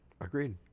agreed